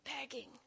Begging